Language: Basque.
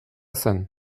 zen